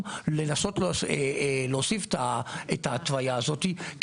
לנסות ולהוסיף את ההתוויה הזו עוד בדיון של היום,